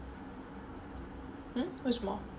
hmm 为什么